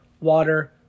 water